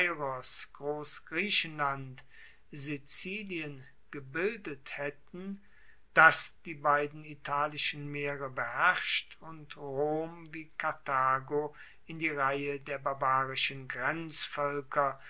grossgriechenland sizilien gebildet haetten das die beiden italischen meere beherrscht und rom wie karthago in die reihe der barbarischen